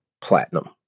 platinum